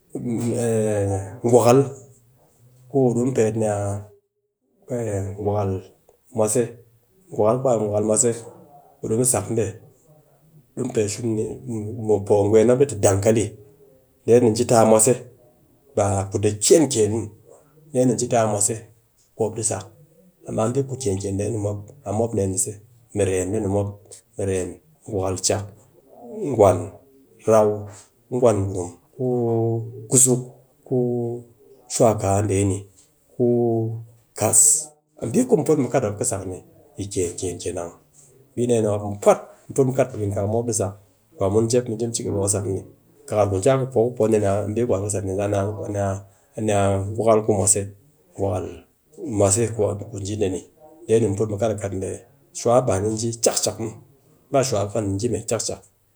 gwakal, du mu pet ni a gwakal ku mwase, gwakal ku a gwakal mwase, ɗi mu pet shum ni mɨ poo gwen mop ɗi te dangkali, dee ni jee ta a mwase, ba a ku di kiyen muw, dee ni ji ta a mwase ku mop di sak, amma mbi ku kiyen kiyen dee ni mop, a mop dee ni se. Mɨrem dee ni mop, mɨrem, gwakal chak, gwan rau ku gwan gurum, ku kuzuk, ku shuwa kaa, dee ni, ku kas, a mbi ku mu put mu kat mop kɨ sak ni kiyen kiyen kiyen kenan. Mbi dee ni mop kam mu put mu kat pikinkam mu mop di sak, kwa mun jep mu ji mu cigaba ku sak ni, kar ku ji a ku pow ku pow dee ni, a ni a mbi ku an ki sat ni, a ni a gwakal ku mwase, gwakal mwase ku ji dee ni, mu put mu kat dee ni, shuwaba ni ji chak chak muw, ba shuwa kwani ji met chak chak.